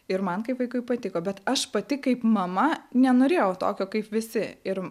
ir man kaip vaikui patiko bet aš pati kaip mama nenorėjau tokio kaip visi ir